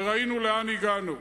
וראינו לאן הגענו.